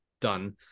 done